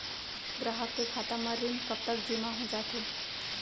ग्राहक के खाता म ऋण कब तक जेमा हो जाथे?